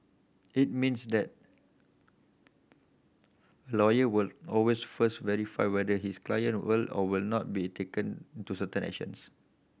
it means that lawyer will always first verify whether his client will or will not be taking to certain actions